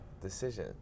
decision